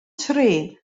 tri